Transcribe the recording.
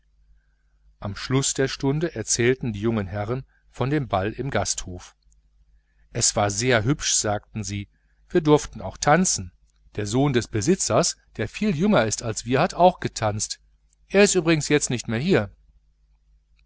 am schluß der stunde erzählten die jungen herren von dem ball im hotel es war sehr hübsch sagten sie wir durften auch tanzen der sohn des besitzers der viel jünger ist als wir hat auch getanzt er ist übrigens jetzt nicht mehr hier